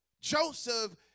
Joseph